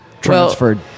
Transferred